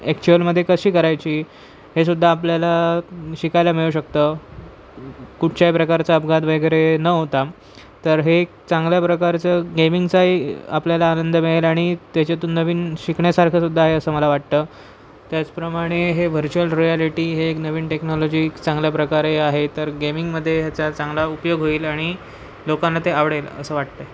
ॲक्च्युअलमध्ये कशी करायची हे सुद्धा आपल्याला शिकायला मिळू शकतं कुठच्याही प्रकारचा अपघात वगैरे न होता तर हे एक चांगल्या प्रकारचं गेमिंगचाही आपल्याला आनंद मिळेल आणि त्याच्यातून नवीन शिकण्यासारखं सुद्धा आहे असं मला वाटतं त्याचप्रमाणे हे व्हर्च्युअल रियालिटी हे एक नवीन टेक्नॉलॉजी चांगल्या प्रकारे आहे तर गेमिंगमध्ये ह्याचा चांगला उपयोग होईल आणि लोकांना ते आवडेल असं वाटतं आहे